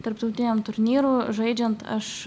tarptautiniam turnyrų žaidžiant aš